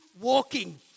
walking